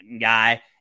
guy